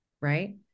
right